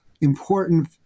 important